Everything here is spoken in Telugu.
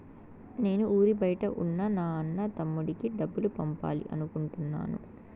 నేను ఊరి బయట ఉన్న నా అన్న, తమ్ముడికి డబ్బులు పంపాలి అనుకుంటున్నాను